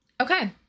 Okay